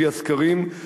לפי הסקרים,